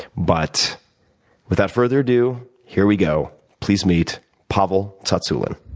but without further ado, here we go. please meet pavel tsatsouline.